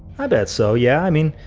i bet so, yeah! i mean,